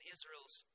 Israel's